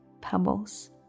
pebbles